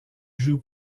jouent